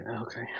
Okay